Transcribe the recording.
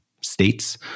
states